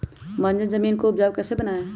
बंजर जमीन को उपजाऊ कैसे बनाय?